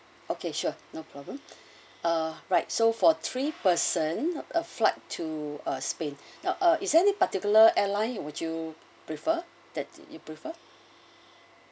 okay sure no problem uh right so for three person a flight to uh spain now uh is there any particular airline would you prefer that you prefer